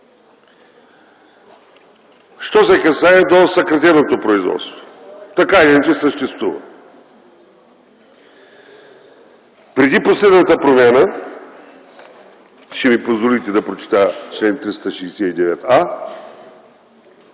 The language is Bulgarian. Що се касае до съкратеното производство, то така или иначе съществува. Преди последната промяна, ще ми позволите да прочета чл. 369а: